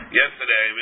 yesterday